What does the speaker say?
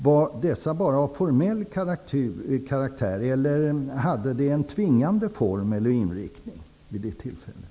Var dessa bara av formell karaktär eller hade de vid det tillfället en tvingande form eller inriktning?